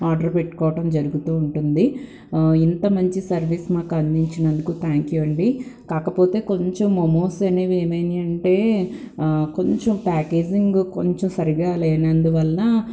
order పెట్టుకోవటం జరుగుతూ ఉంటుంది ఇంత మంచి సర్వీసు మాకందించినందుకు థ్యాంక్ యు అండి కాకపొతే కొంచెము మొమోసనేవి ఏమైయినీయంటే కొంచెం ప్యాకేజింగ్ కొంచెం సరిగా లేనందువలన